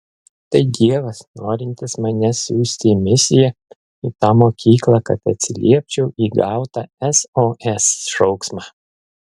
tai dievas norintis mane siųsti į misiją į tą mokyklą kad atsiliepčiau į gautą sos šauksmą